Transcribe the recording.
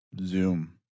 Zoom